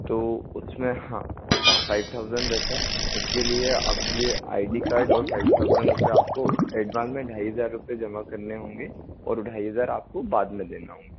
तो उसमें हाँ पा फ़ाइव थाउज़ेंड रहता है उसके लिए आपके लिए आई डी कार्ड और फ़ाइव थाउज़ेंड रुपय आपको एडवांस में ढाई हज़ार रुपए जमा करने होंगे और ढाई हज़ार आपको बाद में देना होंगे